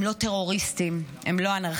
הם לא טרוריסטים, הם לא אנרכיסטים.